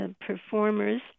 performers